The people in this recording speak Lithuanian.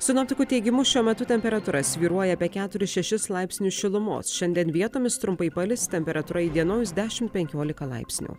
sinoptikų teigimu šiuo metu temperatūra svyruoja apie keturis šešis laipsnius šilumos šiandien vietomis trumpai palis temperatūra įdienojus dešim penkiolika laipsnių